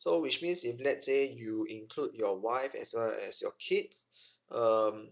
so which means if let's say you include your wife as well as your kids um